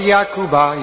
Jakuba